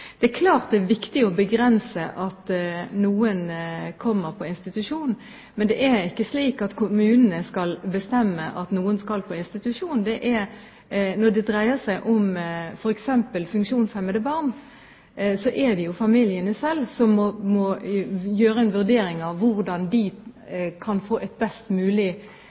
skal bestemme at noen skal på institusjon. Når det f.eks. dreier seg om funksjonshemmede barn, er det jo familiene selv som må foreta en vurdering av hvordan de kan få et best mulig